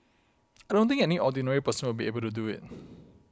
I don't think any ordinary person will be able to do it